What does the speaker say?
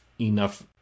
enough